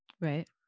Right